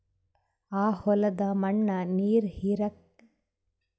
ಆ ಹೊಲದ ಮಣ್ಣ ನೀರ್ ಹೀರಲ್ತು, ಏನ ಮಾಡಲಿರಿ ಅಣ್ಣಾ?